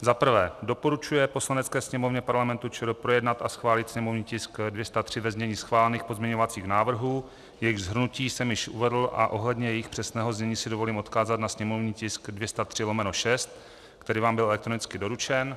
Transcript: I. doporučuje Poslanecké sněmovně Parlamentu ČR projednat a schválit sněmovní tisk 203 ve znění schválených pozměňovacích návrhů jejichž shrnutí jsem již uvedl a ohledně jejich přesného znění si dovolím odkázat na sněmovní tisk 203/6, který vám byl elektronicky doručen;